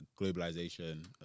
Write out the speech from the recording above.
globalization